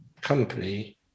company